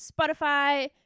Spotify